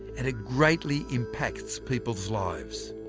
and greatly impacts people's lives.